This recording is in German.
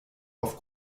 auf